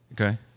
Okay